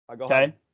Okay